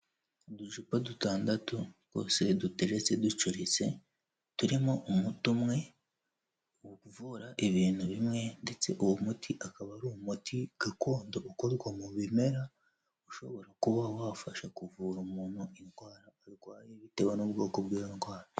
Uducupa dutandatu twose duteretse ducuritse turimo umuti umwe uvura ibintu bimwe, ndetse uwo muti akaba ari umuti gakondo ukorwa mu bimera, ushobora kuba wafasha kuvura umuntu indwara arwaye bitewe n'ubwoko bw'iyo ndwara.